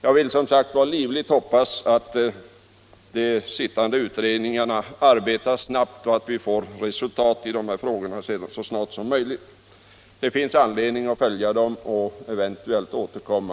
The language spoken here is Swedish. Jag vill som sagt livligt hoppas att de pågående utredningarna arbetar snabbt och att det kommer fram resultat så snart som möjligt. Det finns anledning att följa frågorna och eventuellt återkomma.